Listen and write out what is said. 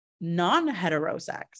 non-heterosex